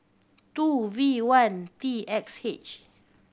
two V one T X H